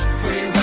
free